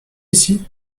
ici